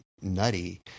nutty